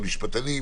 המשפטנים,